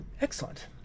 excellent